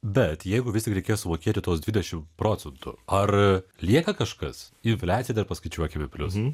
bet jeigu vis tik reikės sumokėti tuos dvidešim procentų ar lieka kažkas infliaciją dar paskaičiuokime plius